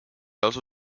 also